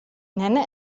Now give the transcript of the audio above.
nenne